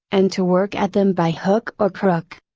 and to work at them by hook or crook.